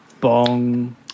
Bong